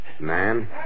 man